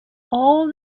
all